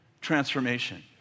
transformation